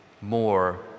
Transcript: more